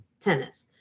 tennis